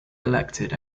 elected